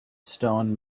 stone